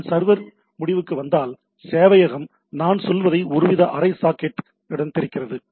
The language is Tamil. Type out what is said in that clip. நான் சர்வர் முடிவுக்கு வந்தால் சேவையகம் நாம் சொல்வதை ஒருவித அரை சாக்கெட் திறக்கிறது